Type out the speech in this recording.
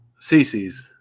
cc's